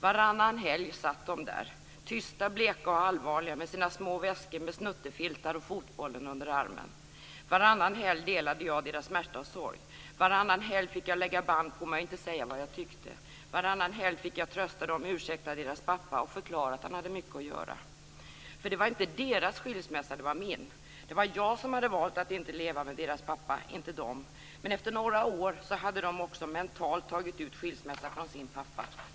Varannan helg satt de där, tysta, bleka och allvarliga med sina små väskor med snuttefiltar och fotbollen under armen. Varannan helg delade jag deras smärta och sorg. Varannan helg fick jag lägga band på mig och inte säga vad jag tyckte. Varannan helg fick jag trösta dem, ursäkta deras pappa och förklara att han hade mycket att göra. För det var inte deras skilsmässa, det var min. Det var jag som valt att inte leva med deras pappa, inte de. Men efter några år hade de också tagit ut en mental skilsmässa från sin pappa.